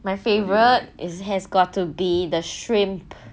my favourite is has gotta be the shrimp